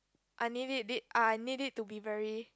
I need it deep I need it to be very